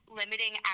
limiting